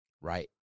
Right